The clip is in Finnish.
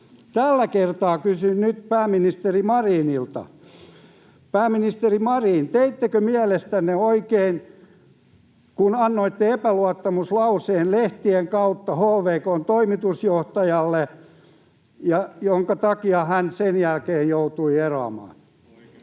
Tällä kertaa kysyn nyt pääministeri Marinilta. Pääministeri Marin, teittekö mielestänne oikein, kun annoitte epäluottamuslauseen lehtien kautta HVK:n toimitusjohtajalle, minkä takia hän sen jälkeen joutui eroamaan? Nyt